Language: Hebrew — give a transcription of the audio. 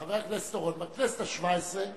חבר הכנסת אורון, בכנסת השבע-עשרה